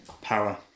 Power